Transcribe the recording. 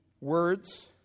words